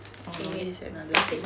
oh no this is another thing